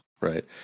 right